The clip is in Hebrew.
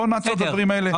בואו נעצור את הדברים האלה.